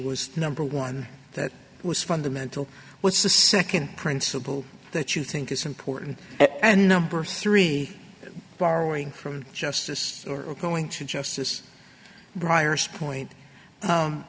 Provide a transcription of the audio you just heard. the number one that was fundamental was the second principle that you think is important and number three borrowing from justice or going to justice briar's point